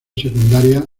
secundaria